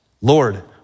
Lord